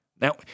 Now